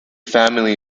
family